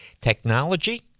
technology